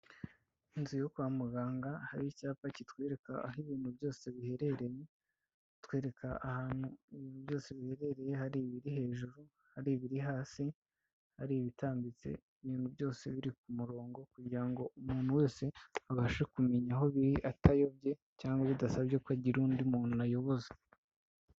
Inzu yo kwa muganga hari icyapa kitwereka aho ibintu byose biherereye, kitwereka ahantu ibintu byose biherereye hari ibiri hejuru, hari ibiri hasi, hari ibitambitse ibintu byose biri ku murongo kugira ngo umuntu wese abashe kumenya aho biri atayobye cyangwa bidasabye ko agira undi muntu ayoboza.